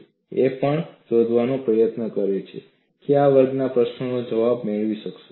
અને એ પણ શોધવાનો પ્રયત્ન કરો કે તમે કયા વર્ગના પ્રશ્નોના જવાબો મેળવી શકશો